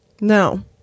No